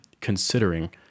considering